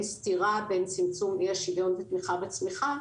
סתירה בין צמצום אי השוויון ותמיכה בצמיחה,